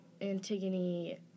Antigone